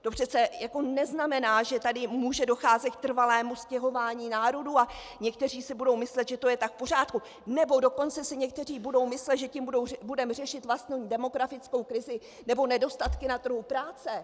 To přece neznamená, že tady může docházet k trvalému stěhování národů, a někteří si budou myslet, že to je tak v pořádku, nebo dokonce si někteří budou myslet, že tím budeme řešit vlastní demografickou krizi nebo nedostatky na trhu práce.